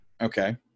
Okay